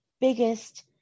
biggest